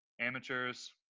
Amateurs